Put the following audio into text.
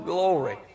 Glory